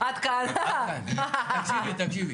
הפסקה חמש דקות,